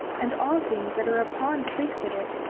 and all things that are upon the face of it,